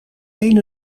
een